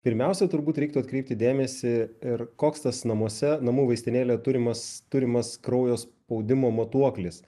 pirmiausia turbūt reiktų atkreipti dėmesį ir koks tas namuose namų vaistinėlėje turimas turimas kraujo spaudimo matuoklis